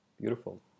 Beautiful